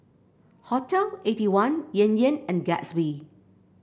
Hotel Eighty one Yan Yan and Gatsby